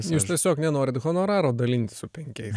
jūs tiesiog nenorit honoraro dalint su penkiais